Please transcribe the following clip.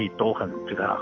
he told them to the